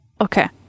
Okay